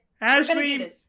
Ashley